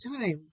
time